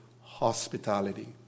hospitality